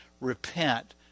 repent